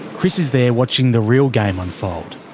chris is there watching the real game unfold.